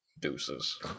deuces